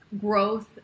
growth